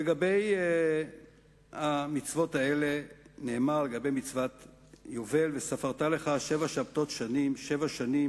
לגבי מצוות יובל נאמר: "וספרת לך שבע שבתת שנים שבע שנים